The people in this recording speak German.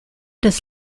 des